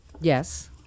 Yes